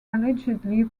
allegedly